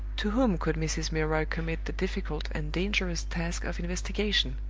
to whom could mrs. milroy commit the difficult and dangerous task of investigation?